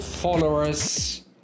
Followers